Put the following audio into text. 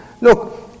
look